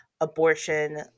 abortion